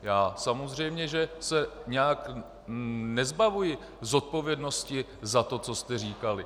Já se samozřejmě nijak nezbavuji zodpovědnosti za to, co jste říkali.